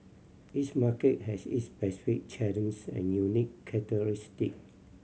each market has its specific and unique characteristic